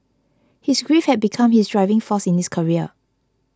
his grief had become his driving force in his career